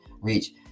reach